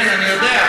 כן, אני יודע.